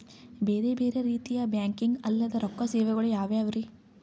ಬೇರೆ ಬೇರೆ ರೀತಿಯ ಬ್ಯಾಂಕಿಂಗ್ ಅಲ್ಲದ ರೊಕ್ಕ ಸೇವೆಗಳು ಯಾವ್ಯಾವ್ರಿ?